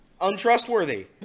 untrustworthy